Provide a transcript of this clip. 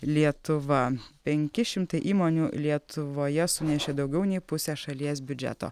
lietuva penki šimtai įmonių lietuvoje sunešė daugiau nei pusę šalies biudžeto